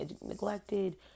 neglected